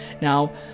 Now